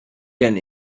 gen